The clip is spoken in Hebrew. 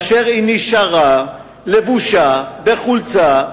כאשר היא נשארה לבושה בחולצה,